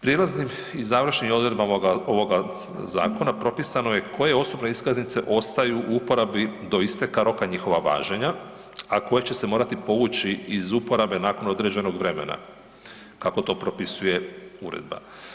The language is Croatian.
Prijelaznim i završnim odredbama ovoga zakona propisano je koje osobne iskaznice ostaju u uporabi do isteka roka njihova važenja, a koje će se morati povući iz uporabe nakon određenog vremena kako to propisuje Uredba.